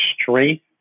strength